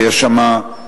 ויש שם אינטרסים